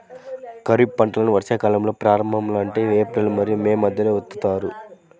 ఖరీఫ్ పంటలను వర్షాకాలం ప్రారంభంలో అంటే ఏప్రిల్ మరియు మే మధ్యలో విత్తుతారు